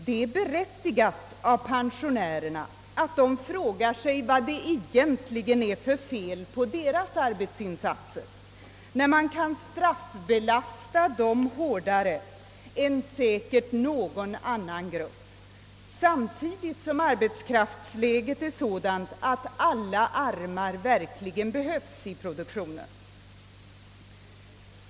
Det är berättigat att pensionärerna frågar sig vad det egentligen är för fel på deras arbetsinsatser, eftersom man straffbelastar dem hårdare än säkert någon annan grupp, samtidigt som arbetskraftsläget är sådant att alla armar verkligen behövs i produktionen.